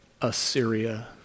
Assyria